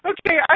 Okay